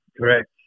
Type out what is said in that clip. correct